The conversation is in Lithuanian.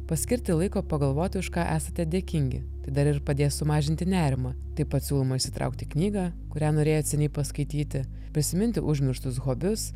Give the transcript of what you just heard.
paskirti laiko pagalvoti už ką esate dėkingi tai dar ir padės sumažinti nerimą taip pat siūloma išsitraukti knygą kurią norėjot seniai paskaityti prisiminti užmirštus hobius